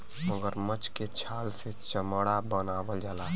मगरमच्छ के छाल से चमड़ा बनावल जाला